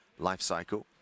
lifecycle